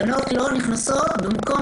אנחנו לא נכנסות במקום,